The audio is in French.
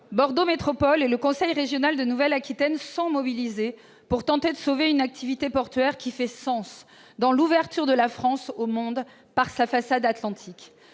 Bordeaux Métropole et le conseil régional de Nouvelle-Aquitaine sont mobilisés pour tenter de sauver une activité portuaire qui fait sens dans l'ouverture de la France au monde par sa façade atlantique.